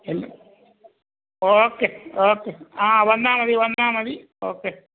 എന്നാൽ okay okay ആ വന്നാൽ മതി വന്നാൽ മതി ഓക്കേ